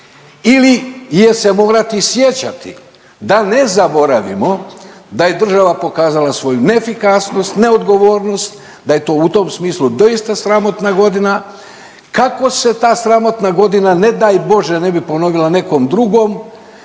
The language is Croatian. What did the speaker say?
ili je se morati sjećati da ne zaboravimo da je država pokazala svoju neefikasnost, neodgovornost, da je to u tom smislu doista sramotna godina. Kako se ta sramotna godina ne daj Bože ne bi ponovila nekom drugom